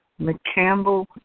McCampbell